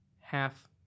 half